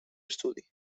estudi